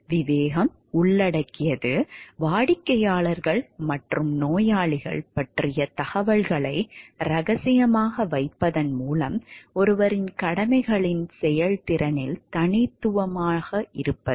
விவேகம் உள்ளடக்கியது வாடிக்கையாளர்கள் வாடிக்கையாளர்கள் மற்றும் நோயாளிகள் பற்றிய தகவல்களை ரகசியமாக வைத்திருப்பதன் மூலம் ஒருவரின் கடமைகளின் செயல்திறனில் தனித்துவமாக இருப்பது